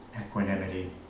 equanimity